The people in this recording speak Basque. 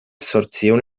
zortziehun